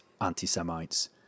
anti-Semites